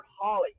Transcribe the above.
Holly